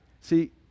See